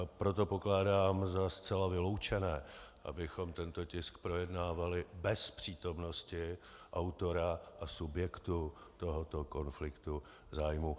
Proto pokládám za zcela vyloučené, abychom tento tisk projednávali bez přítomnosti autora a subjektu tohoto konfliktu zájmů.